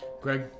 greg